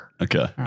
Okay